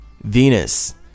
Venus